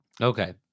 Okay